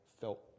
felt